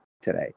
today